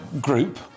group